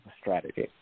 strategy